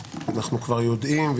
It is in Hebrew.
אנחנו כבר יודעים על מועד לווייתו,